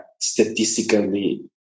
statistically